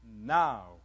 Now